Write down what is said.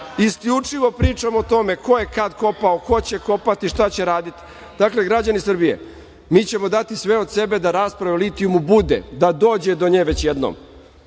isključivo pričamo o tome ko je kad kopao, ko će kopati, šta će raditi. Dakle, građani Srbije, mi ćemo dati sve od sebe da rasprave o litijumu bude, da dođe do nje već jednom.